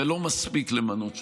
זה לא מספיק למנות שופטים,